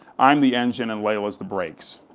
i'm the engine, and lella's the brakes.